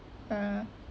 ah